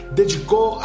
dedicou